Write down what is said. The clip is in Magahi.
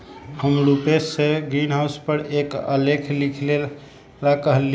हम रूपेश से ग्रीनहाउस पर एक आलेख लिखेला कहली